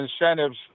incentives